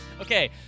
Okay